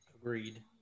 Agreed